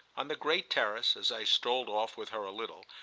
on the great terrace, as i strolled off with her a little,